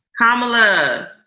kamala